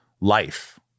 life